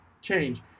change